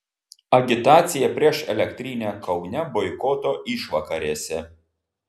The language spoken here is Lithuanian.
agitacija prieš elektrinę kaune boikoto išvakarėse